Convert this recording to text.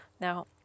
Now